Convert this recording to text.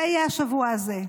זה יהיה השבוע הזה.